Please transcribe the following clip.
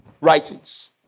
writings